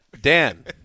Dan